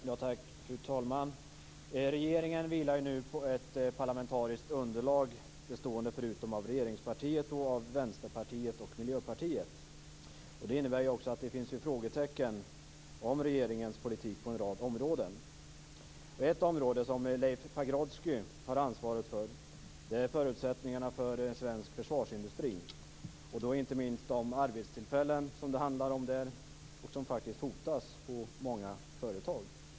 Fru talman! Regeringen vilar ju nu på ett parlamentariskt underlag bestående av, förutom regeringspartiet, Vänsterpartiet och Miljöpartiet. Det innebär att det finns frågetecken om regeringens politik på en rad områden. Ett område som Leif Pagrotsky har ansvaret för är förutsättningarna för svensk försvarsindustri. Det gäller inte minst de arbetstillfällen som hotas på många företag.